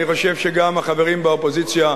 אני חושב שגם החברים באופוזיציה,